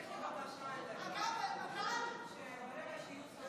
אין שם בכלל המילה "דמוקרטית", רק "יהודית":